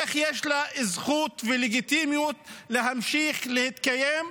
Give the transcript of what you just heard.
איך יש לה זכות ולגיטימיות להמשיך להתקיים,